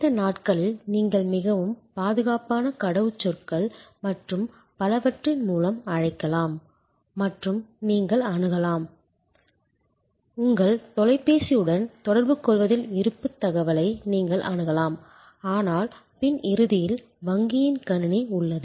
இந்த நாட்களில் நீங்கள் மிகவும் பாதுகாப்பான கடவுச்சொற்கள் மற்றும் பலவற்றின் மூலம் அழைக்கலாம் மற்றும் நீங்கள் அணுகலாம் உங்கள் தொலைபேசியுடன் தொடர்புகொள்வதில் இருப்புத் தகவலை நீங்கள் அணுகலாம் ஆனால் பின் இறுதியில் வங்கியின் கணினி உள்ளது